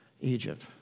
Egypt